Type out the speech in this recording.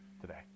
today